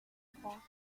trois